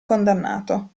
condannato